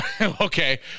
Okay